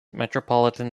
metropolitan